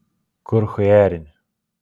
kur chujarini